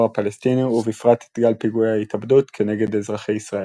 הפלסטיני ובפרט את גל פיגועי התאבדות כנגד אזרחי ישראל.